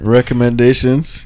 Recommendations